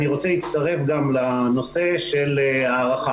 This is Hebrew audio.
אני רוצה להצטרך לעניין ההארכה.